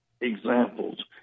examples